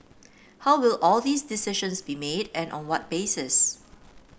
how will all these decisions be made and on what basis